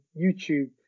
YouTube